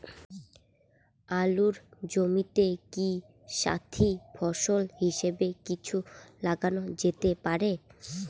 আলুর জমিতে কি সাথি ফসল হিসাবে কিছু লাগানো যেতে পারে?